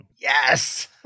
Yes